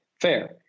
Fair